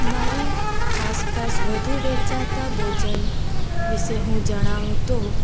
મારી આસપાસ વધુ વેચાતા ભોજન વિશે હું જણાવું તો